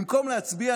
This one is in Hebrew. במקום להצביע,